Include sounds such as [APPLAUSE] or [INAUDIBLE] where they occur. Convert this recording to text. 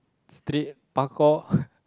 street parkour [LAUGHS]